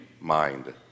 mind